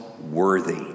worthy